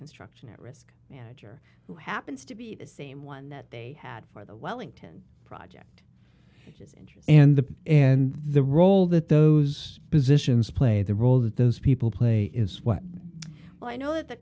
construction at risk manager who happens to be the same one that they had for the wellington project his interest and the and the role that those positions play the role that those people play is what i know that the